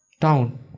Town